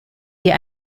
dir